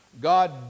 God